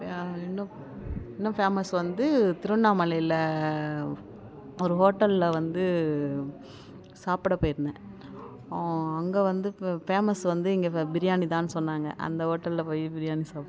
இப்போ இன்னும் இன்னும் ஃபேமஸ் வந்து திருவண்ணாமலையில் ஒரு ஹோட்டலில் வந்து சாப்பிட போய்ருந்தேன் அங்கே வந்து இப்போ ஃபேமஸ் வந்து இங்கே பிரியாணிதான் சொன்னாங்க அந்த ஹோட்டலில் போய் பிரியாணி சாப்பிட்டேன்